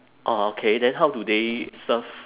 orh okay then how do they serve